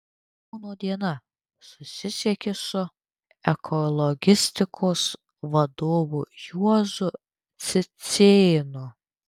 kauno diena susisiekė su ekologistikos vadovu juozu cicėnu